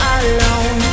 alone